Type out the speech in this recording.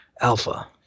alpha